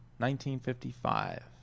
1955